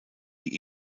die